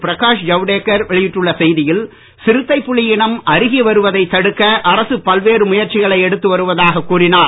பிரகாஷ் ஜவடேசக்கர் வெளியிட்டுள்ள செய்தியில் சிறுத்தைப் புலி இனம் அருகி வருவதை தடுக்க அரசு பல்வேறு முயற்சிகளை எடுத்துவருவதாக கூறினார்